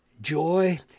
joy